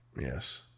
Yes